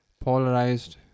polarized